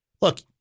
look